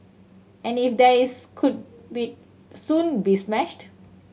and if there is could be soon be smashed